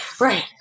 Right